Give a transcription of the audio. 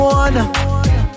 one